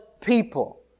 people